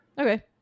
Okay